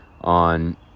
on